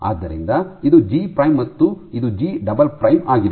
ಆದ್ದರಿಂದ ಇದು G prime ಮತ್ತು ಇದು ಜಿ ಡಬಲ್ ಪ್ರೈಮ್ ಆಗಿದೆ